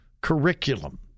Curriculum